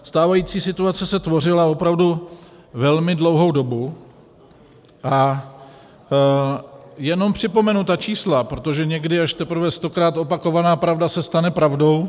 Stávající situace se tvořila opravdu velmi dlouhou dobu a jenom připomenu ta čísla, protože někdy až teprve stokrát opakovaná pravda se stane pravdou.